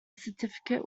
certificate